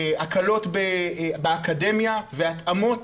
הקלות באקדמיה והתאמות,